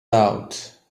out